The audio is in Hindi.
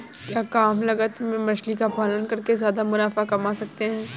क्या कम लागत में मछली का पालन करके ज्यादा मुनाफा कमा सकते हैं?